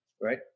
Right